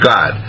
God